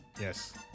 Yes